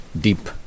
deep